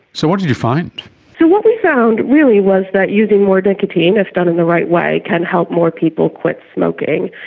so what did you find? so what we found really was that using more nicotine, if done in the right way, can help more people quit smoking.